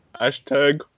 Hashtag